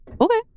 Okay